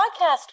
podcast